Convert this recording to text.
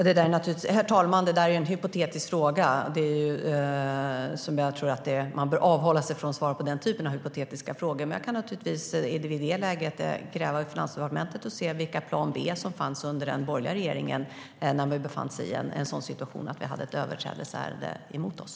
Herr talman! Det är en hypotetisk fråga. Jag tror att man bör avhålla sig från att svara på den typen av hypotetiska frågor. Men jag kan naturligtvis i det läget gräva i Finansdepartementet och se vilken plan B som fanns under den borgerliga regeringen när vi hade ett överträdelseärende emot oss.